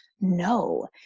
No